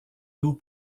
dos